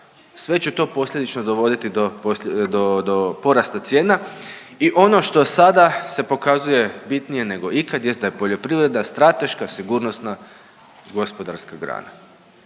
Sve će to posljedično dovoditi do porasta cijena. I ono što sada se pokazuje bitnije nego ikad jest da je poljoprivreda strateška sigurnosna gospodarska grana,